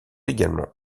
également